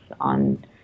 on